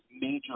major